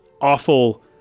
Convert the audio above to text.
awful